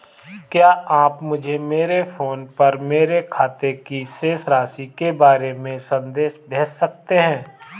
क्या आप मुझे मेरे फ़ोन पर मेरे खाते की शेष राशि के बारे में संदेश भेज सकते हैं?